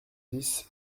dix